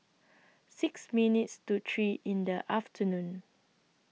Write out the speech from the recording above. six minutes to three in The afternoon